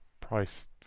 price